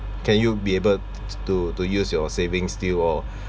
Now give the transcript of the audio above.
can you be able t~ t~ to to use your savings still or